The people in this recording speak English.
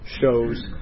shows